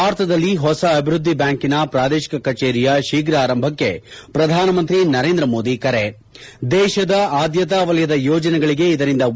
ಭಾರತದಲ್ಲಿ ಹೊಸ ಅಭಿವೃದ್ದಿ ಬ್ಯಾಂಕಿನ ಪ್ರಾದೇಶಿಕ ಕಚೇರಿಯ ಶೀಫ್ರ ಆರಂಭಕ್ಕೆ ಪ್ರಧಾನಮಂತಿ ನರೇಂದ ಮೋದಿ ಕರೆ ದೇಶದ ಆದ್ಯತಾ ವಲಯದ ಯೋಜನೆಗಳಿಗೆ ಇದರಿಂದ ಉತ್ತೇಜನ ಎಂದು ಬಣ್ಣನೆ